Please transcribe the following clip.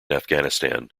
afghanistan